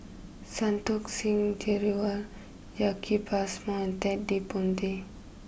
Santokh Singh Grewal Jacki Passmore and Ted De Ponti